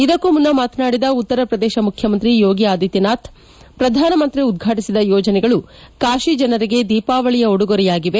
ಇದಕ್ಕೂ ಮುನ್ನ ಮಾತನಾಡಿದ ಉತ್ತರ ಪ್ರದೇಶ ಮುಖ್ಯಮಂತ್ರಿ ಯೋಗಿ ಆದಿತ್ಲನಾಥ್ ಪ್ರಧಾನಮಂತ್ರಿ ಉದ್ವಾಟಿಸಿದ ಯೋಜನೆಗಳು ಕಾಶಿ ಜನರಿಗೆ ದೀಪಾವಳಿಯ ಉಡುಗೊರೆಯಾಗಿವೆ